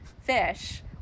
fish